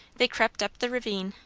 they crept up the ravine,